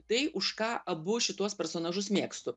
tai už ką abu šituos personažus mėgstu